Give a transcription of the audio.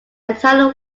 entirely